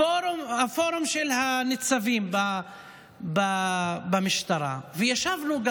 הפורום של הניצבים במשטרה, וישבנו.